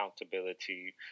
accountability